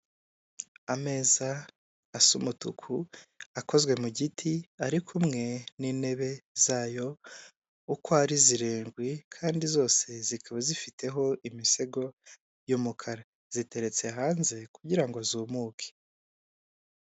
Ameza asa umutuku, akozwe mu giti, ari kumwe n'intebe zayo, uko ari zirindwi, kandi zose zikaba zifiteho imisego y'umukara, ziteretse hanze kugira ngo zumuke.